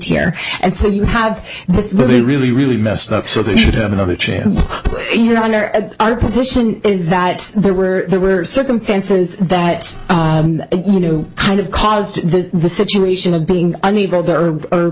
here and so you have this really really really messed up so they should have another chance here under our position is that there were there were circumstances that you know kind of caused the situation of being a negro there or